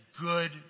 good